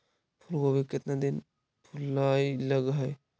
फुलगोभी केतना दिन में फुलाइ लग है?